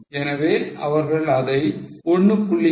எனவே அவர்கள் அதை 1